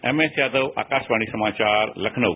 MS Yadav Akashvani समाचार लखनऊ